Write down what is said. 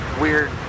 weird